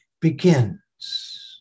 begins